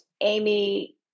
Amy